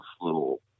little